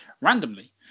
randomly